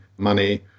Money